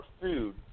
food